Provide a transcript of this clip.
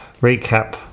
recap